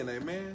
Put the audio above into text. Amen